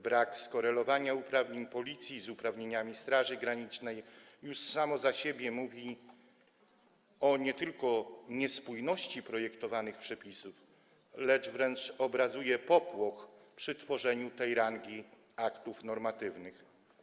Brak skorelowania uprawnień Policji z uprawnieniami Straży Granicznej mówi już samo za siebie, nie tylko mówi o niespójności projektowanych przepisów, lecz wręcz obrazuje popłoch przy tworzeniu tej rangi aktów normatywnych.